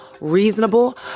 reasonable